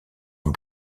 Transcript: ans